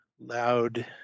loud